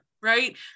right